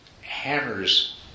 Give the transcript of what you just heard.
hammers